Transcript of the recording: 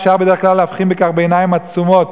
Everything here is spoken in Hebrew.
אפשר בדרך כלל להבחין בכך בעיניים עצומות.